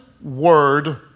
word